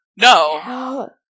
No